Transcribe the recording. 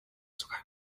sogar